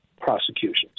prosecutions